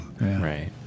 Right